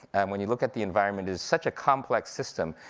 when you look at the environment as such a complex system,